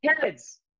kids